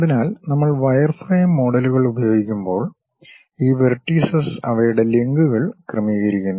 അതിനാൽ നമ്മൾ വയർഫ്രെയിം മോഡലുകൾ ഉപയോഗിക്കുമ്പോൾ ഈ വെർട്ടീസസ് അവയുടെ ലിങ്കുകൾ ക്രമീകരിക്കുന്നു